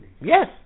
Yes